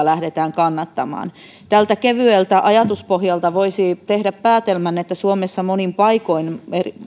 lähdetään kannattamaan tältä kevyeltä ajatuspohjalta voisi tehdä päätelmän että suomessa monin paikoin